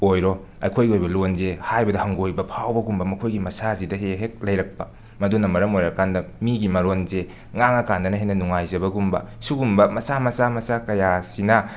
ꯑꯣꯏꯔꯣ ꯑꯩꯈꯣꯏꯒꯤ ꯑꯣꯏꯕ ꯂꯣꯟꯁꯦ ꯍꯥꯏꯕꯗ ꯍꯪꯒꯣꯏꯕ ꯐꯥꯎꯕꯒꯨꯝꯕ ꯃꯈꯣꯏꯒꯤ ꯃꯁꯥꯁꯤꯗ ꯍꯦꯛ ꯍꯦꯛ ꯂꯩꯔꯛꯄ ꯃꯗꯨꯅ ꯃꯔꯝ ꯑꯣꯏꯔꯀꯥꯟꯗ ꯃꯤꯒꯤ ꯃꯔꯣꯟꯁꯦ ꯉꯥꯡꯂꯀꯥꯟꯗꯅ ꯍꯦꯟꯅ ꯅꯨꯡꯉꯥꯏꯖꯕꯒꯨꯝꯕ ꯁꯤꯒꯨꯝꯕ ꯃꯆꯥ ꯃꯆꯥ ꯃꯆꯥ ꯀꯌꯥ ꯑꯁꯤꯅ